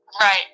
Right